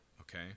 okay